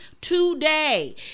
Today